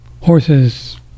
horses